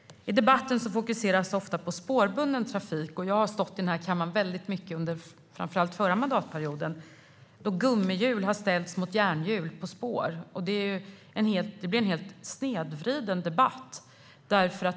I debatten fokuseras ofta på spårbunden trafik. Jag har i den här kammaren deltagit i många debatter, framför allt under förra mandatperioden, där gummihjul ställts mot järnhjul på spår. Det blir en helt snedvriden debatt.